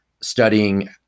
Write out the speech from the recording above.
studying